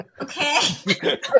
okay